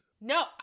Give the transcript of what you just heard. no